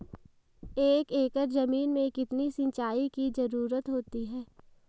एक एकड़ ज़मीन में कितनी सिंचाई की ज़रुरत होती है?